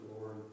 Lord